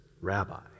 Rabbi